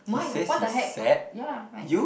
why what the heck ya like